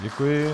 Děkuji.